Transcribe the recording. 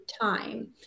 time